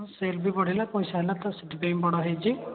cell ବି ବଢ଼ିଲା ପଇସା ହେଲା ତ ସେଥିପାଇଁ ବଡ଼ ହେଇଛି